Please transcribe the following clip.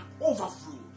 overflow